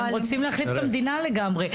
הם רוצים להחליף את המדינה לגמרי.